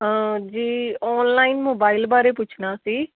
ਜੀ online mobile ਬਾਰੇ ਪੁੱਛਣਾ ਸੀ